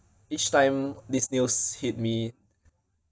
each time this news hit me